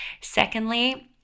Secondly